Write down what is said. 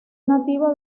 nativa